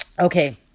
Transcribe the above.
okay